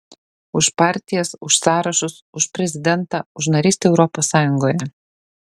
už partijas už sąrašus už prezidentą už narystę europos sąjungoje